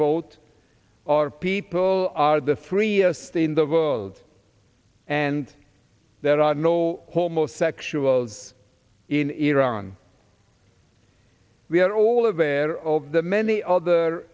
quote our people are the three years in the world and there are no homosexuals in iran we are all aware of the many other